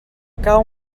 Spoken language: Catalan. cau